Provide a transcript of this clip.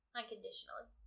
unconditionally